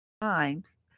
times